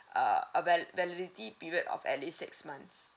uh a vali~ validity period of at least six months